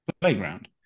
playground